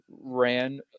ran